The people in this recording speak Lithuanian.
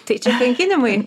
tai čia kankinimui